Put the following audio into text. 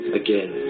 again